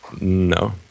No